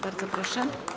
Bardzo proszę.